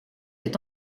est